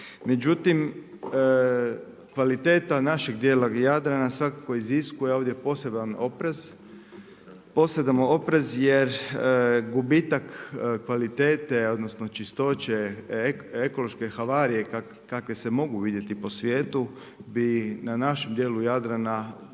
Međutim, kvaliteta našeg dijela Jadrana svakako iziskuje ovdje poseban oprez, posebno oprez jer gubitak kvalitete, odnosno, čistoće, ekološke havarije kakve se mogu vidjeti po svijetu i na našem dijelu Jadrana